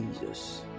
Jesus